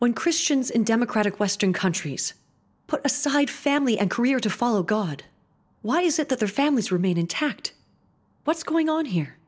when christians in democratic western countries put aside family and career to follow god why is it that their families remain intact what's going on here